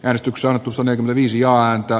äänestykseen kosonen visio antaa